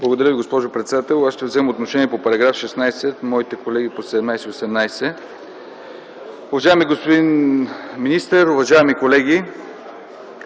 Благодаря Ви, госпожо председател. Аз ще взема отношение по § 16, а моите колеги – по § 17 и 18. Уважаеми господин министър, уважаеми колеги,